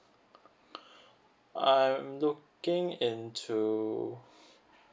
I'm looking into